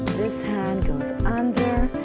this hand goes under,